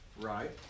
Right